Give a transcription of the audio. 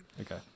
okay